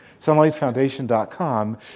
Sunlightfoundation.com